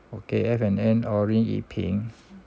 okay F&N orange 一瓶